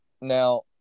Now